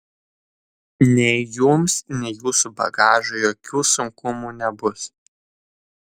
nei jums nei jūsų bagažui jokių sunkumų nebus